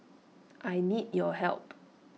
I need your help